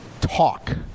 talk